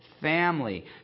family